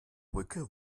brücke